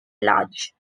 large